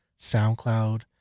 SoundCloud